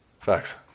Facts